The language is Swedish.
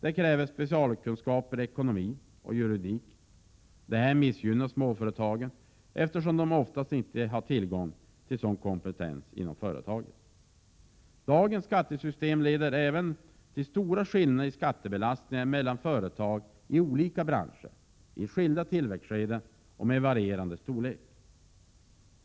Det kräver specialkunskaper i ekonomi och juridik, vilket missgynnar småföretagen eftersom de oftast inte har tillgång till sådan kompetens inom företaget. Dagens skattesystem leder även till stora skillnader i skattebelastning mellan företag i olika branscher, i skilda tillväxtskeden och med varierande storlek.